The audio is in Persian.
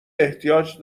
احتیاج